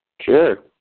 Sure